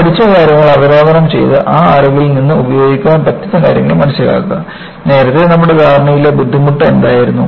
നമ്മൾ പഠിച്ച കാര്യങ്ങൾ അവലോകനം ചെയ്തു ആ അറിവിൽ നിന്ന് ഉപയോഗിക്കാൻ പറ്റുന്ന കാര്യങ്ങൾ മനസ്സിലാക്കുക നേരത്തെ നമ്മുടെ ധാരണയിലെ ബുദ്ധിമുട്ട് എന്തായിരുന്നു